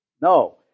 No